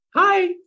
Hi